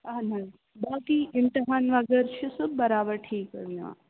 اَہَن حظ باقٕے اِمتحان وَغٲرٕ چھُ سُہ برابر ٹھیٖک حظ دِوان